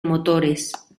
motores